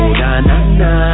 na-na-na